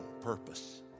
purpose